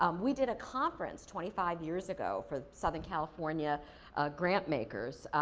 um we did a conference twenty five years ago for southern california grant-makers,